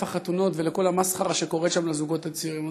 החתונות וכל המסחרה שקורית שם לזוגות הצעירים.